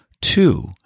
two